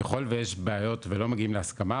ככול ויש בעיות ולא מגיעים להסכמה,